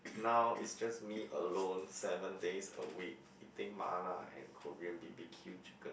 now it's just me alone seven days a week eating mala and Korean B_B_Q chicken